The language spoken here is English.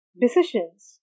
decisions